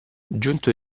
giunto